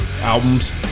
albums